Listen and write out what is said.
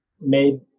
made